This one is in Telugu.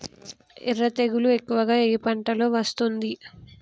ఎర్ర తెగులు ఎక్కువగా ఏ పంటలో వస్తుంది?